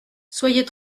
soyez